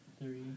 Three